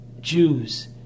Jews